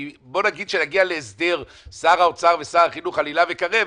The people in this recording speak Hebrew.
כי בואו נגיד שנגיע להסדר שר האוצר ושר החינוך על היל"ה וקרב,